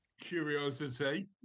Curiosity